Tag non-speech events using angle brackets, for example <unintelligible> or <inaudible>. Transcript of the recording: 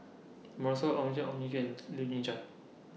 <unintelligible> Ong Tjoe Ong <unintelligible> Kim and Lee Kian Chye